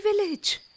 village